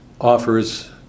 offers